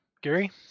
Gary